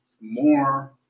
More